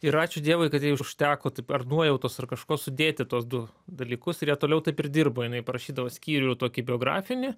ir ačiū dievui kad jai užteko taip ar nuojautos ar kažko sudėti tuos du dalykus ir jie toliau taip ir dirbo jinai parašydavo skyrių tokį biografinį